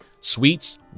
Sweets